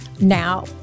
Now